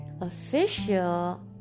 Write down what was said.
official